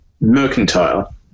Mercantile